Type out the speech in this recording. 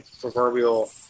proverbial